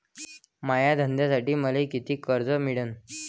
माया धंद्यासाठी मले कितीक कर्ज मिळनं?